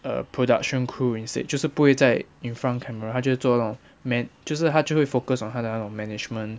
a production crew instead 就是不会在 in front camera 他就会做那种 mend 就是他就会 focus on 他的那种 management